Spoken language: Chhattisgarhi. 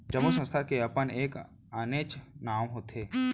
जम्मो संस्था के अपन एक आनेच्च नांव होथे